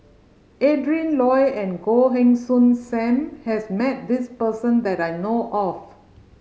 Adrin Loi and Goh Heng Soon Sam has met this person that I know of